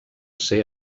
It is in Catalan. ser